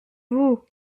vous